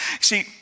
See